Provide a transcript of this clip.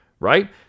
Right